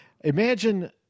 Imagine